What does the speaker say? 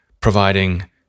providing